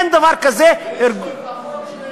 אין דבר כזה, יש לפחות שני